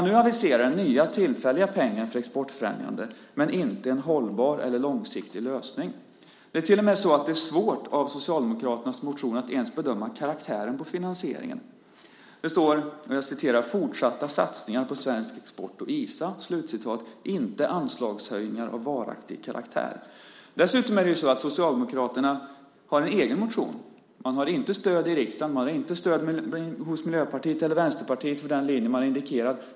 Nu aviserar man nya tillfälliga pengar för exportfrämjande men inte en hållbar eller långsiktig lösning. Det är svårt att av Socialdemokraternas motion ens bedöma karaktären på finansieringen. Det står att det ska vara fråga om fortsatta satsningar på svensk export och ISA, inte anslagshöjningar av varaktig karaktär. Socialdemokraterna har en egen motion. Man har inte stöd i riksdagen. Man har inte stöd hos Miljöpartiet eller Vänsterpartiet för den linje man indikerar.